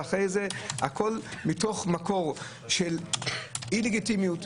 והכול מתוך מקור של אי לגיטימיות.